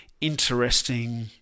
interesting